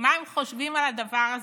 מה הם חושבים על הדבר הזה?